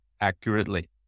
accurately